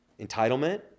entitlement